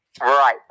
Right